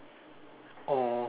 or